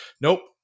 nope